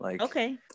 Okay